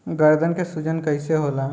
गर्दन के सूजन कईसे होला?